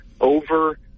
over